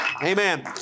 Amen